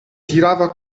tirava